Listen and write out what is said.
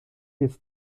his